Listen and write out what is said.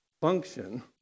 function